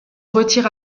retire